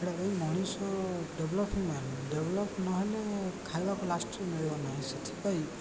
attack ମଣିଷ development develop ନହେଲେ ଖାଇବାକୁ ଲାଷ୍ଟଟି ମିଳିବ ନାହିଁ ସେଥିପାଇଁ